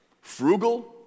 frugal